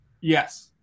Yes